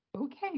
okay